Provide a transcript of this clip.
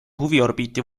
huviorbiiti